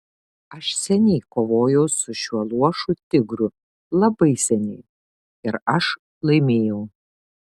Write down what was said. aš seniai kovojau su šiuo luošu tigru labai seniai ir aš laimėjau